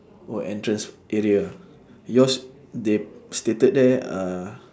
oh entrance area ah yours they stated there uh